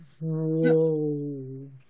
Whoa